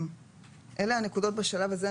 אלה הנקודות בשלב הזה.